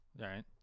right